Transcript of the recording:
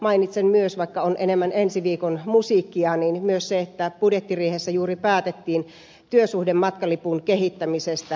mainitsen myös vaikka se on enemmän ensi viikon musiikkia että budjettiriihessä juuri päätettiin työsuhdematkalipun kehittämisestä